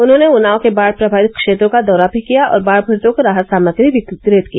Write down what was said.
उन्होंने उन्नाव के बाढ़ प्रभावित क्षेत्रों का दौरा भी किया और बाढ़ पीड़ितों को राहत सामग्री वितरित की